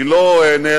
היא לא נהרגה